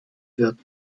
wird